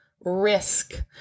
risk